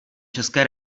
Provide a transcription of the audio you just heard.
české